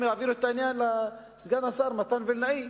הם מעבירים את העניין לסגן השר מתן וילנאי,